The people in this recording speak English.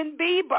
Bieber